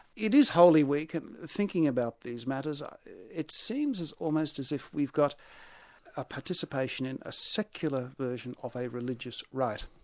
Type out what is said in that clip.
it is holy week and thinking about these matters ah it seems almost as if we've got a participation in a secular version of a religious right,